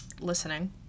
Listening